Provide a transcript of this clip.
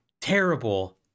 terrible